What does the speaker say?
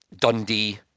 Dundee